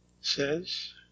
says